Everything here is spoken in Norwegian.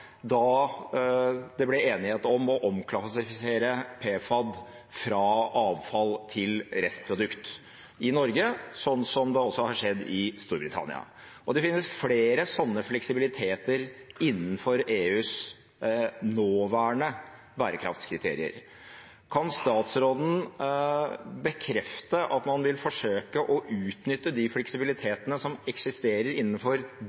da det ble enighet om å omklassifisere PFAD fra avfall til restprodukt i Norge, sånn som også har skjedd i Storbritannia. Det finnes flere sånne fleksibiliteter innenfor EUs nåværende bærekraftskriterier. Kan statsråden bekrefte at man vil forsøke å utnytte de fleksibilitetene som eksisterer innenfor